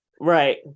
right